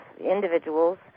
individuals